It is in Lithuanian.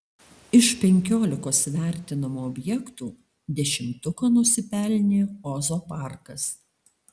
iš penkiolikos vertinamų objektų dešimtuko nusipelnė ozo parkas